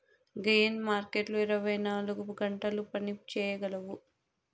gain మార్కెట్లు ఇరవై నాలుగు గంటలు పని చేయగలవు